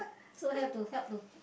so have to help to